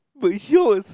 but is yours